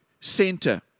center